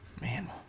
Man